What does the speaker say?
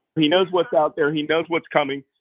he knows what's out there. he knows what's coming.